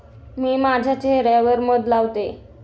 मी माझ्या चेह यावर मध लावते